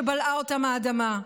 שבלעה אותם האדמה,